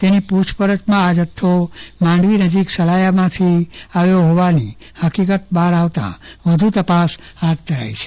તેની પુછપછરમાં આ જથ્થો માંડવી નજીક સલાયામાંથી આવ્યો હોવાની હકીકત બહાર આવતા વધુ તપાસ હાથ ધરાશે